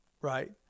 right